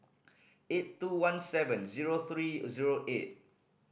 eight two one seven zero three zero eight